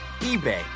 eBay